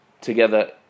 together